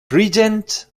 regents